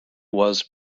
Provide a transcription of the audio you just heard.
was